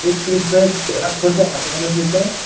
एक शीट पे चार फ़ोटो आते है वैसे तो